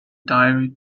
diary